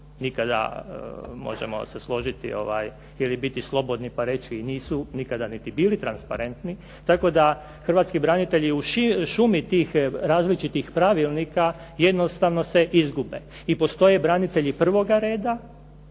nikada, možemo se složiti ili biti slobodni pa reći nisu nikada niti bili transparentni, tako da hrvatski branitelji u šumi tih različitih pravilnika jednostavno se izgube i postoje branitelji prvoga reda